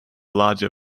larger